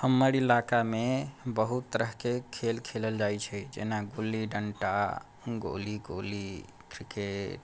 हमर इलाकामे बहुत तरह तरहके खेल खेलल जाइ छै जेना गुल्ली डण्टा गोली गोली क्रिकेट